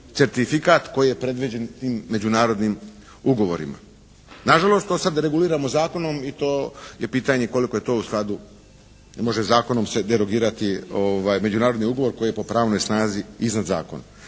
certifikat koji je predviđen tim međunarodnim ugovorima. Na žalost to sada reguliramo zakonom i to je pitanje koliko je to u skladu može zakonom se derogirati međunarodni ugovor koji je po pravnoj snazi iznad zakona.